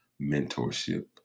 mentorship